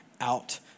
out